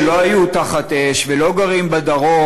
שלא היו תחת אש ולא גרים בדרום,